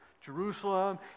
Jerusalem